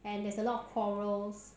and there's a lot of quarrels